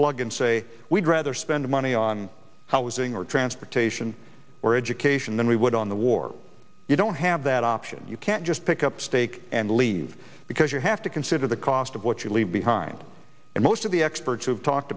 plug and say we'd rather spend money on housing or transportation or education than we would on the war you don't have that option you can't just pick up a steak and leave because you have to at the cost of what you leave behind and most of the experts who have talked